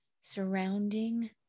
surrounding